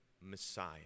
Messiah